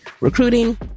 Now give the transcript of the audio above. recruiting